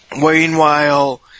Meanwhile